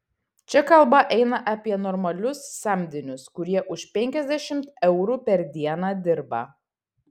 čia kalba eina apie normalius samdinius kurie už penkiasdešimt eurų per dieną dirba